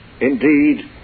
Indeed